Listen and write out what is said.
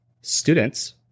students